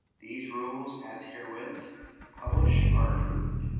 these rules as herewith published are approved,